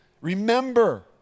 Remember